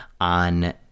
on